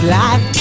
life